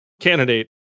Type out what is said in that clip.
candidate